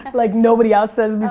like nobody else says.